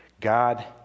God